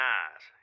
eyes